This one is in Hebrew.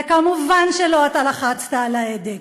ומובן שלא אתה לחצת על ההדק.